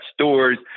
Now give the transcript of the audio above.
stores